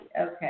Okay